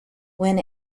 when